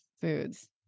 foods